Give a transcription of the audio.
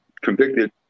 convicted